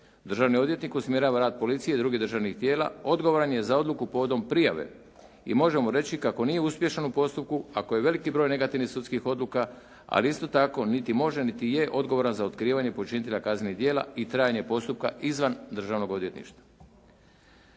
Državni odvjetnik usmjerava rad policije i drugih državnih tijela odgovoran je za odluku povodom prijave i možemo reći kako nije uspješan u postupku ako je veliki broj negativnih sudskih odluka ali isto tako niti može niti je odgovoran za otkrivanje počinitelja kaznenih djela i trajanje postupka izvan državnog odvjetništva.